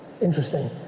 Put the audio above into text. Interesting